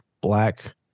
black